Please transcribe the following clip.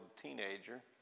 teenager